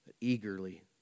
eagerly